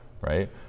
Right